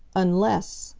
unless,